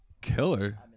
Killer